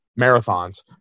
marathons